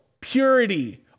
Purity